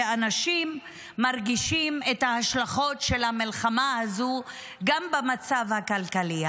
ואנשים מרגישים את ההשלכות של המלחמה הזו גם במצב הכלכלי.